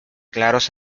claros